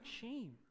Shame